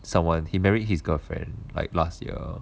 someone he married his girlfriend like last year